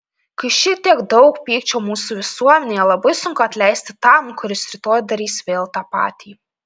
kai šitiek daug pykčio mūsų visuomenėje labai sunku atleisti tam kuris rytoj darys vėl tą patį